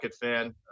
fan